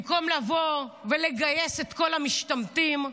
במקום לבוא ולגייס את כל המשתמטים,